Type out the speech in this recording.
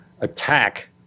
attack